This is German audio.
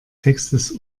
textes